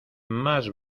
más